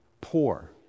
poor